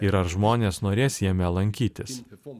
ir ar žmonės norės jame lankytis po